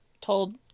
told